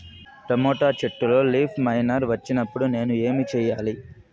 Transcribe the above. Tomato చెట్టులో leaf miner వచ్చినప్పుడు నేను ఏమి చెయ్యాలి?